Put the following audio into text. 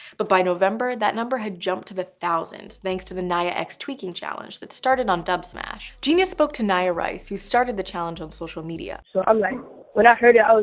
but by november that number had jumped to the thousands thanks to the nayahxtweaking challenge that started on dubsmash. genius spoke to nayah rice, who started the challenge on social media. nayah so um like when i heard it i was